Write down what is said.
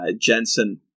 Jensen